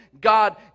God